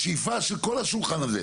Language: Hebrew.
יש דברים שהם אובייקטיבים,